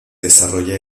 desarrolla